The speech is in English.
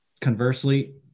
Conversely